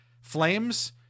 Flames